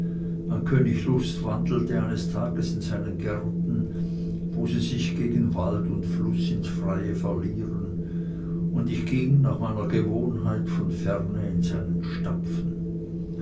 mein könig lustwandelte eines tages in seinen gärten wo sie sich gegen wald und fluß ins freie verlieren und ich ging nach meiner gewohnheit von ferne in seinen stapfen